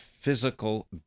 physical